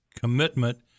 Commitment